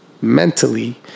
mentally